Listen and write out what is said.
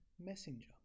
messenger